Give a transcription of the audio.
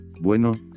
bueno